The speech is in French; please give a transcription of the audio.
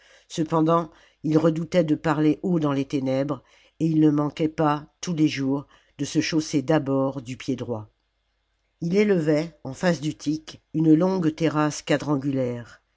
cependant il redoutait de parler haut dans les ténèbres et il ne manquait pas tous les jours de se chausser d'abord du pied droit ii élevait en face d'utique une longue terrasse quadrangulaire